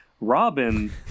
Robin